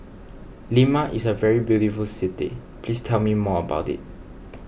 Lima is a very beautiful city please tell me more about it